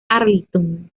arlington